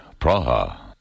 Praha